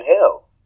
hell